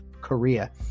Korea